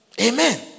Amen